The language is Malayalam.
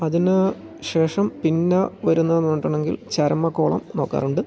അതിന് ശേഷം പിന്ന വരുന്നതെന്ന് പറഞ്ഞിട്ടുണ്ടെങ്കിൽ ചരമക്കോളം നോക്കാറുണ്ട്